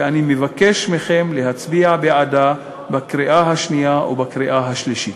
ואני מבקש מכם להצביע בעדה בקריאה השנייה ובקריאה השלישית.